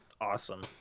awesome